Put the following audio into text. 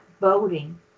voting